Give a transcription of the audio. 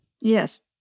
Yes